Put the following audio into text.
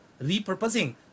repurposing